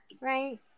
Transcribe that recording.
right